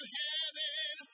heaven